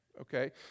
okay